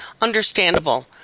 understandable